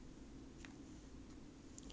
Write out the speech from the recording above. ya lah I send you the photo